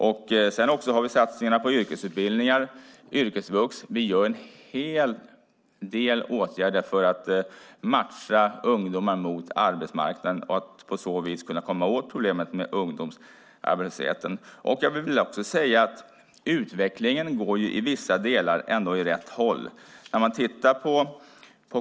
Vi har också satsningarna på yrkesutbildningar, yrkesvux. Vi gör en hel del satsningar på att matcha ungdomar mot arbetsmarknaden för att på så vis kunna komma åt problemet med ungdomsarbetslösheten. Utvecklingen går ändå åt rätt håll i vissa delar.